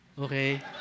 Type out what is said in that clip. Okay